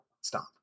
stop